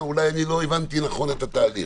אולי לא הבנתי נכון את התהליך.